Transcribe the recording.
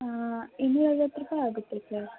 ಹಾಂ ಇನ್ನೂರೈವತ್ತು ರೂಪಾಯಿ ಆಗುತ್ತೆ ಸರ್